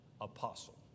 apostle